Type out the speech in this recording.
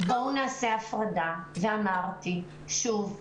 בואו נעשה הפרדה, ואמרתי, שוב,